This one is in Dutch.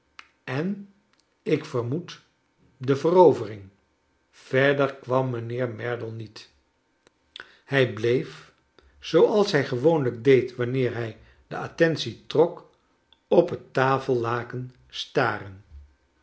en ik vermoed de verovering verder kwam mijnheer merdle niet hij bleef zooals hij gewoonlijk deed wanneer hij de attentie trok op het tafellaken staren